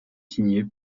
signé